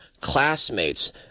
classmates